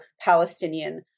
Palestinian